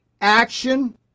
Action